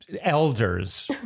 elders